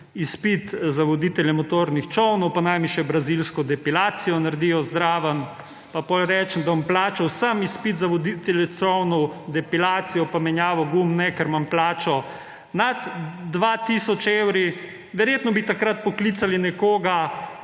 izpit za voditelja motornih čolnov, pa naj mi še brazilsko depilacijo naredijo zraven. Pa potem rečem, da bom plačal samo izpit za voditelja čolnov, depilacijo in menjavo gum ne, ker imam plačo nad 2 tisoč evri. Verjetno bi takrat poklicali nekoga,